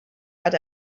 but